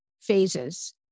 phases